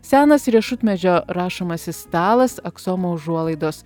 senas riešutmedžio rašomasis stalas aksomo užuolaidos